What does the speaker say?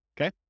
okay